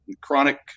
chronic